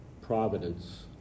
providence